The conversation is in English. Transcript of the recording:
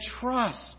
trust